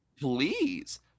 Please